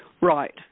Right